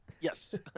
Yes